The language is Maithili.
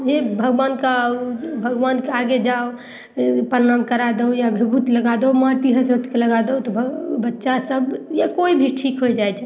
हे भगवानके भगवानके आगे जाउ प्रणाम करा दहु या बिभूत लगा दहु माटी हसोथिके लगा दहु तऽ बच्चा सभ या कोइ भी ठीक हो जाइ छै